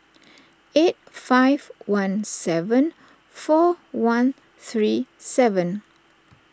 eight five one seven four one three seven